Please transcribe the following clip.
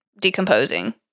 decomposing